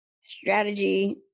strategy